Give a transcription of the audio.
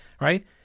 right